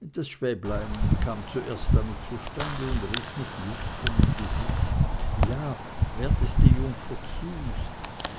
das schwäblein kam zuerst damit zustande und rief mit lüsternem gesicht ja werteste jungfer züs